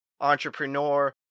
entrepreneur